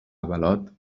avalot